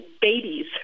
babies